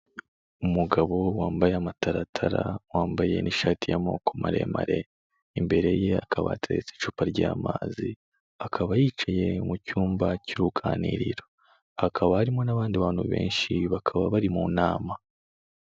Umugabo wambaye amataratara, wambaye n'ishati y'amaboko maremare, imbere ye hakaba hateretse icupa ry'amazi, akaba yicaye mu cyumba cy'uruganiriro, hakaba harimo n'abandi bantu benshi bakaba bari mu nama.